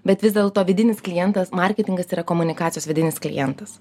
bet vis dėlto vidinis klientas marketingas yra komunikacijos vidinis klientas